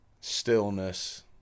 stillness